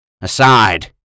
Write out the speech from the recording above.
Aside